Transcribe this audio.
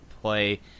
play